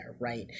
Right